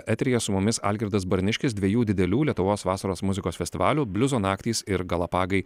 eteryje su mumis algirdas barniškis dviejų didelių lietuvos vasaros muzikos festivalių bliuzo naktys ir galapagai